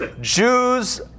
Jews